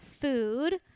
food